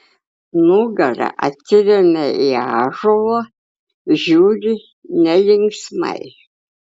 nugara atsiremia į ąžuolą žiūri nelinksmai